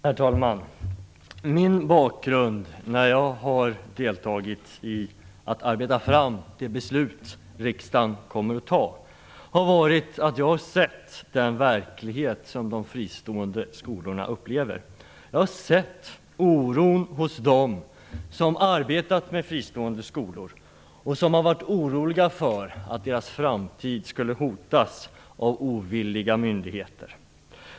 Herr talman! Min bakgrund när jag har deltagit i arbetet med att ta fram det förslag som riksdagen kommer att fatta beslut om har varit att jag har sett den verklighet som de fristående skolorna upplever. Jag har sett oron hos dem som har arbetat med fristående skolor och som har varit oroliga för att deras framtid skulle hotas av ovilliga myndigheter.